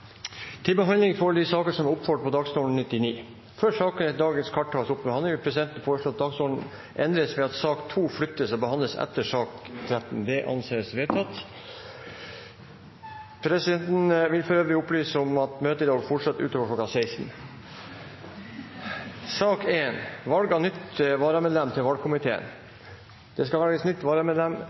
til behandling, vil presidenten foreslå at dagsordenen endres ved at sak nr. 2 flyttes og behandles etter sak nr. 13. – Det anses vedtatt. Presidenten vil for øvrig opplyse om at møtet i dag fortsetter utover kl. 16. Det skal velges nytt varamedlem til valgkomiteen. Presidenten ber om forslag. Jeg foreslår Erlend Wiborg. Erlend Wiborg er foreslått som nytt varamedlem